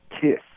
kiss